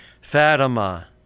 Fatima